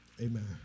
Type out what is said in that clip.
Amen